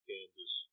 Kansas